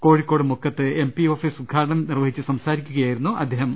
കോഴിക്കോട് മുക്കത്ത് MP office ഉദ്ഘാടനം നിർവ ഹിച്ച് സംസാരിക്കുകയായിരുന്നു അദ്ദേഹം